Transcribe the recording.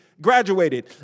graduated